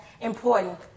important